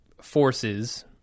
forces